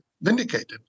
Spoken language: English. vindicated